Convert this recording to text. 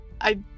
I-